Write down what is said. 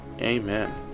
Amen